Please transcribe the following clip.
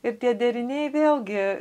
ir tie deriniai vėlgi